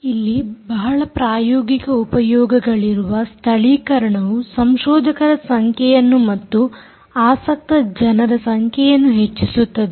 ಇಲ್ಲಿ ಬಹಳ ಪ್ರಾಯೋಗಿಕ ಉಪಯೋಗಗಳಿರುವ ಸ್ಥಳೀಕರಣವು ಸಂಶೋಧಕರ ಸಂಖ್ಯೆಯನ್ನು ಮತ್ತು ಆಸಕ್ತ ಜನರ ಸಂಖ್ಯೆಯನ್ನು ಹೆಚ್ಚಿಸುತ್ತಿದೆ